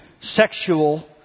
sexual